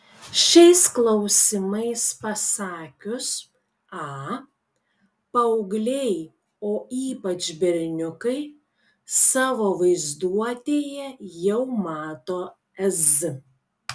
šiais klausimais pasakius a paaugliai o ypač berniukai savo vaizduotėje jau mato z